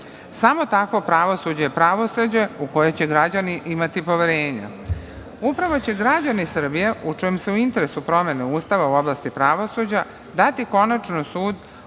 Samo takvo pravosuđe je pravosuđe u koje će građani imati poverenja. Upravo će građani Srbije u čijem su interesu promene ustava u oblasti pravosuđa dati konačan sud o